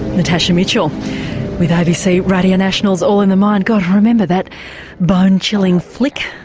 natasha mitchell with abc radio national's all in the mind, god remember that bone chilling flick?